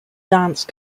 dance